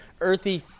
earthy